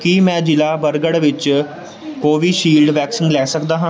ਕੀ ਮੈਂ ਜ਼ਿਲ੍ਹਾ ਬਰਗੜ੍ਹ ਵਿੱਚ ਕੋਵਿਸ਼ਿਲਡ ਵੈਕਸੀਨ ਲੈ ਸਕਦਾ ਹਾਂ